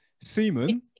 Semen